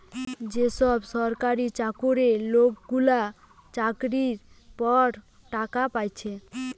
যে সব সরকারি চাকুরে লোকগুলা চাকরির পর টাকা পাচ্ছে